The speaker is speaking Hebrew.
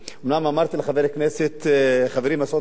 אומנם אמרתי לחבר הכנסת חברי מסעוד גנאים,